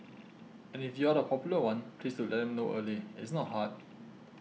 and if you're the popular one please do let them know early it's not hard